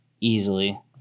easily